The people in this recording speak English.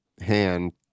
hand